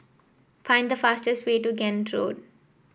find the fastest way to Kent Road